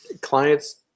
clients